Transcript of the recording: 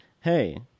hey